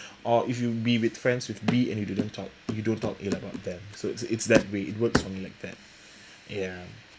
or if you be with friends with b and you didn't talk you don't talk ill about them so it's it's that way it works for me like that ya